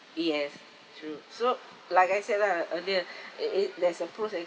yes true so like I said lah earlier it it there's a pros and